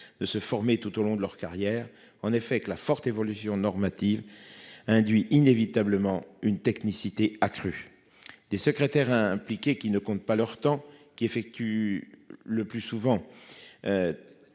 de se former tout au long de leur carrière en effet que la forte évolution normatives induit inévitablement une technicité accrue des secrétaires impliqués, qui ne comptent pas leur temps qui effectue le plus souvent.